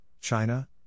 China